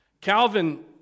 Calvin